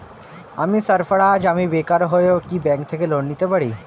আমি সার্ফারাজ, আমি বেকার হয়েও কি ব্যঙ্ক থেকে লোন নিতে পারি?